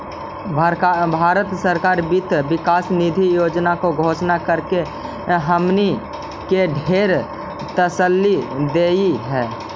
भारत सरकार वित्त विकास निधि योजना के घोषणा करके हमनी के ढेर तसल्ली देलई हे